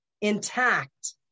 intact